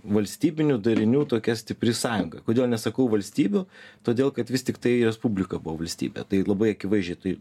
valstybinių darinių tokia stipri sąjunga kodėl nesakau valstybių todėl kad vis tiktai respublika buvo valstybė tai labai akivaizdžiai tai